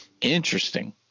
Interesting